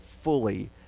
fully